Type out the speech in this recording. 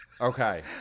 Okay